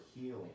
healing